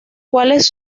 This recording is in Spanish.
cuales